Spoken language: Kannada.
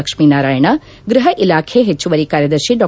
ಲಕ್ಷ್ಮೀ ನಾರಾಯಣ ಗೃಹ ಇಲಾಖೆ ಹೆಚ್ಚುವರಿ ಕಾರ್ಯದರ್ಶಿ ಡಾ